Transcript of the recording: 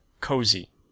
cozy